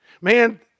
Man